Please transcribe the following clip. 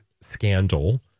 scandal